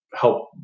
help